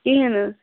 کِہِنۍ نہٕ حظ